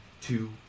two